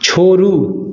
छोड़ू